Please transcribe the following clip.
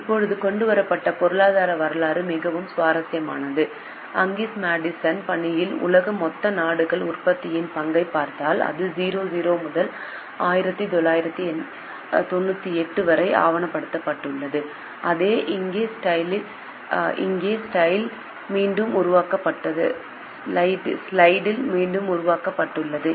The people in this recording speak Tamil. இப்போது கொண்டுவரப்பட்ட பொருளாதார வரலாறு மிகவும் சுவாரஸ்யமானது அங்கஸ் மேடிசனின் பணியில் உலக மொத்த உள்நாட்டு உற்பத்தியின் பங்கைப் பார்த்தால் அது 00 முதல் 1998 வரை ஆவணப்படுத்தப்பட்டுள்ளது அதே இங்கே ஸ்லைடில் மீண்டும் உருவாக்கப்பட்டுள்ளது